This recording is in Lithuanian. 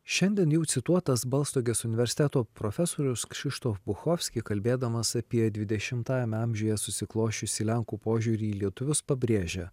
šiandien jau cituotas balstogės universiteto profesoriaus kšištof bukovski kalbėdamas apie dvidešimtajame amžiuje susiklosčiusį lenkų požiūrį į lietuvius pabrėžia